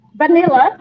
vanilla